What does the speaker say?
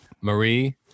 Marie